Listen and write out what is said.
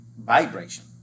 vibration